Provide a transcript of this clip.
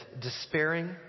despairing